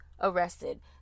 arrested